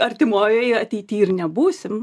artimojoj ateity ir nebūsim